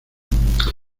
dmitri